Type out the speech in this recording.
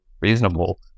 reasonable